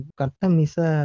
katamisa